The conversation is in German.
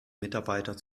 mitarbeiter